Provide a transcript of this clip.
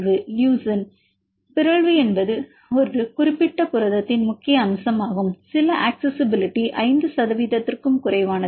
மாணவர் லியூசின் பிறழ்வு என்பது குறிப்பிட்ட புரதத்தின் முக்கிய அம்சமாகும் சில அக்சஸிஸிபிலிட்டி 5 சதவீதத்திற்கும் குறைவானது